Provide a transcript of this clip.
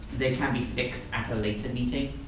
they can be fixed at a later meeting.